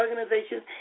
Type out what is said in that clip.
organizations